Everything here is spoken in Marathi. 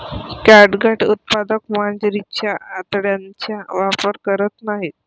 कॅटगट उत्पादक मांजरीच्या आतड्यांचा वापर करत नाहीत